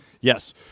Yes